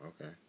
okay